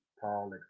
Paul